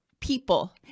people